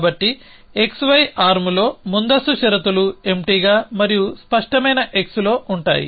కాబట్టి xy ఆర్మ్లో ముందస్తు షరతులు ఎంప్టీగా మరియు స్పష్టమైన x లో ఉంటాయి